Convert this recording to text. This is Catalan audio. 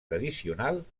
tradicional